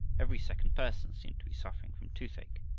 every second person seemed to be suffering from toothache,